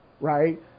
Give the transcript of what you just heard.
right